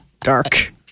Dark